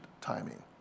timing